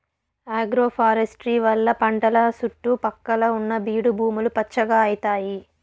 agroforestry వల్ల పంటల సుట్టు పక్కల ఉన్న బీడు భూములు పచ్చగా అయితాయి